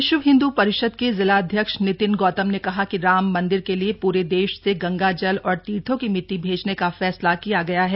विश्व हिन्द्र परिषद के जिलाध्यक्ष नितिन गौतम ने कहा कि राम मंदिर के लिए प्रे देश से गंगाजल और तीर्थों की मिट्टी भेजने का फैसला किया गया है